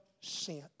sent